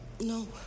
No